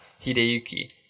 Hideyuki